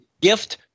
gift –